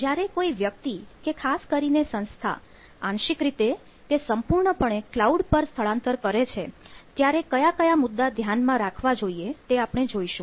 જ્યારે કોઈ વ્યક્તિ કે ખાસ કરીને સંસ્થા આંશિક રીતે કે સંપૂર્ણપણે ક્લાઉડ પર સ્થળાંતર કરે છે ત્યારે કયા કયા મુદ્દા ધ્યાનમાં રાખવા જોઈએ તે આપણે જોઇશું